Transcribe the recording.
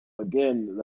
Again